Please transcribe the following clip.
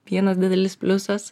vienas didelis pliusas